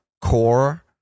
core